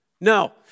No